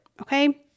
Okay